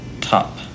Top